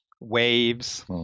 waves